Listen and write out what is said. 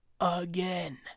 again